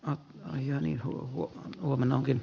ajelin oven auki